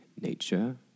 nature